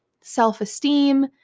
self-esteem